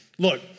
Look